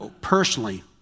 personally